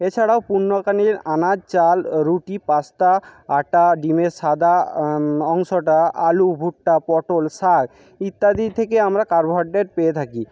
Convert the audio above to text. এছাড়াও আনাজ চাল রুটি পাস্তা আটা ডিমের সাদা অংশটা আলু ভুট্টা পটল শাক ইত্যাদি থেকে আমরা কার্বোহাইড্রেট পেয়ে থাকি